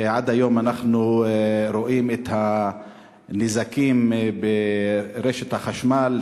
ועד היום אנחנו רואים את הנזקים ברשת החשמל,